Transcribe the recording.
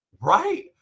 right